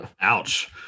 Ouch